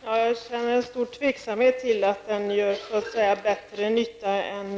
Herr talman! Jag känner stor osäkerhet om huruvida den gör bättre nytta än